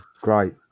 Great